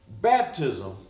baptism